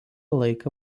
laiką